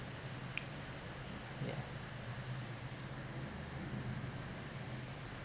yeah